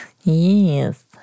Yes